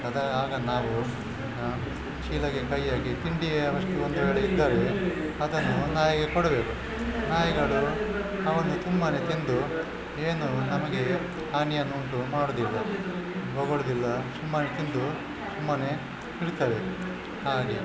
ಅದರ ಆಗ ನಾವು ಚೀಲಗೆ ಕೈ ಹಾಕಿ ತಿಂಡಿಯ ವಸ್ತು ಒಂದೆರಡಿದ್ದರೆ ಅದನ್ನು ನಾಯಿಗೆ ಕೊಡಬೇಕು ನಾಯಿಗಳು ಅವನ್ನು ಸುಮ್ಮನೆ ತಿಂದು ಏನು ನಮಗೆ ಹಾನಿಯನ್ನುಂಟು ಮಾಡೋದಿಲ್ಲ ಬೊಗಳೋದಿಲ್ಲ ಸುಮ್ಮನೆ ತಿಂದು ಸುಮ್ಮನೆ ಇರುತ್ತವೆ ಹಾಗೆ